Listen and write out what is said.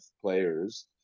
Players